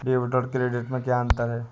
Debit और credit में क्या अंतर है?